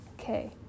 Okay